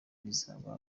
rizaba